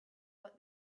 what